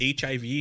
HIV